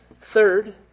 Third